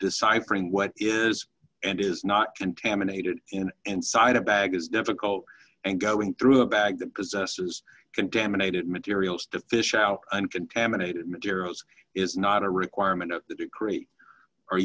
decipher what is and is not contaminated in inside a bag is difficult and go in through a bag that possesses contaminated materials to fish out and contaminated materials is not a requirement of the decree are